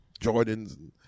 Jordans